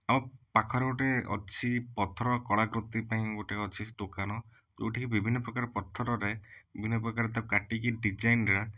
ଆମ ପାଖରେ ଗୋଟେ ଅଛି ପଥର କଳାକୃତି ପାଇଁ ଗୋଟେ ଅଛି ଦୋକାନ ଯେଉଁଠିକି ବିଭିନ୍ନ ପ୍ରକାର ପଥରରେ ବିଭିନ୍ନ ପ୍ରକାର ତାକୁ କାଟିକି ଡିଜାଇନର